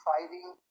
fighting